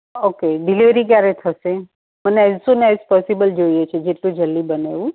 okay delivery ક્યારે થશે મને એઝ સુન એઝ પોસિબલ જોઈએ છે જેટલું જલ્દી બને એવું